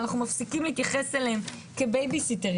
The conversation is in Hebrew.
ואנחנו מפסיקים להתייחס אליהם כבייביסיטר